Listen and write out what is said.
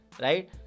Right